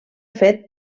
fet